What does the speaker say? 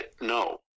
no